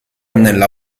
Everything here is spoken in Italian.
nella